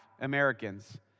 Americans